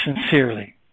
sincerely